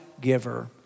giver